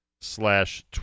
slash